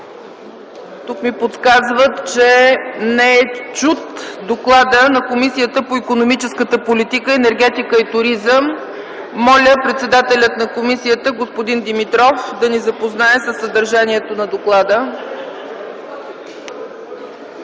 Подсказват ми, че не е чут доклада на Комисията по икономическа политика, енергетика и туризъм. Моля председателят на комисията господин Димитров да ни запознае със съдържанието на доклада.